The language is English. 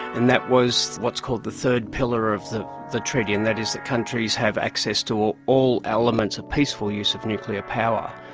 and that was what is called the third pillar of the the treaty and that is that countries have access to all all elements of peaceful use of nuclear power.